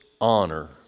honor